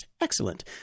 Excellent